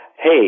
hey